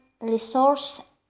resource